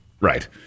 Right